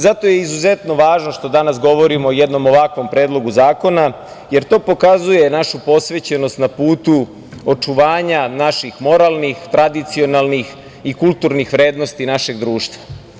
Zato je izuzetno važno što danas govorimo o jednom ovakvom Predlogu zakona, jer to pokazuje našu posvećenost na putu očuvanja naših moralnih, tradicionalni i kulturnih vrednosti našeg društva.